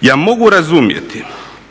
Ja mogu razumjeti